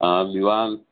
હા દીવાન